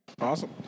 Awesome